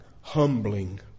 humbling